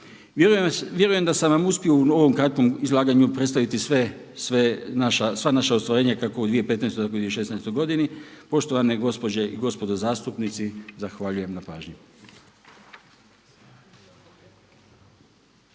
Vjerujem da sam vam uspio u ovom kratkom izlaganju predstaviti sva naša ostvarenja kako u 2015., tako i u 2016. godini. Poštovane gospođe i gospodo zastupnici, zahvaljujem na pažnji.